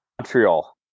Montreal